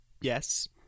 Yes